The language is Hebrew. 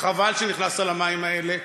חבל שנכנסת למים האלה.